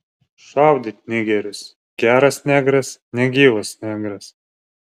šaudyt nigerius geras negras negyvas negras